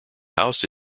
house